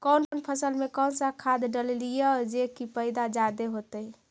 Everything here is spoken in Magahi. कौन फसल मे कौन सा खाध डलियय जे की पैदा जादे होतय?